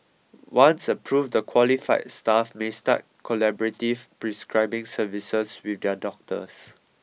once approved the qualified staff may start collaborative prescribing services with their doctors